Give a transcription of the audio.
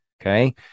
Okay